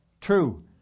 true